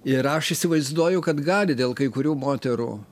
ir aš įsivaizduoju kad gali dėl kai kurių moterų